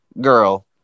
girl